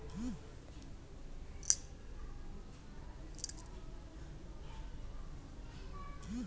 ಹತ್ತಿ ಬೀಜಗಳಿಂದ ಪಡಿಸುವ ಹತ್ತಿಯನ್ನು ಮೇಲಾಗಿ ಪರಿವರ್ತಿಸುತ್ತಾರೆ